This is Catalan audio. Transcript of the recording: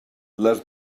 les